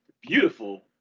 beautiful